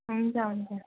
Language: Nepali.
हुन्छ हुन्छ